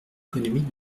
économique